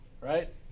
right